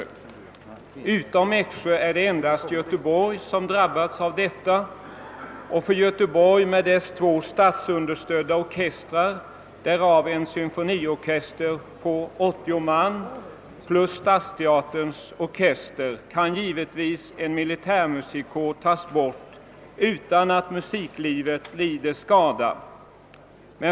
Förutom Eksjö har endast Göteborg drabbats, men i Göteborg med dess två statsunderstödda orkestrar, en symfoniorkester på 80 man och Stadsteaterns orkester, kan givetvis en militärmusikkår tas bort utan att musiklivet skadas.